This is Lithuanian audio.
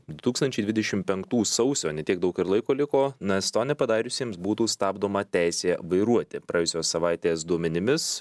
du tūkstančiai dvidešimt penktų sausio ne tiek daug ir laiko liko nes to nepadariusiems būtų stabdoma teisė vairuoti praėjusios savaitės duomenimis